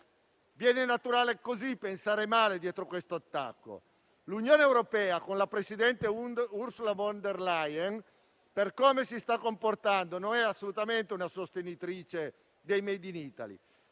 pensar male su ciò che sta dietro questo attacco. L'Unione europea, con la presidente Ursula von der Leyen, per come si sta comportando non è assolutamente una sostenitrice del *made in Italy*